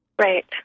Right